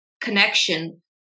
connection